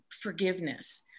forgiveness